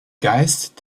geist